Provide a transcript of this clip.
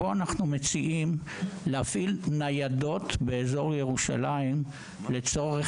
אנחנו מציעים להפעיל ניידות באזור ירושלים לצורך